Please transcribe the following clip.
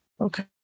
Okay